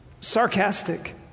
Sarcastic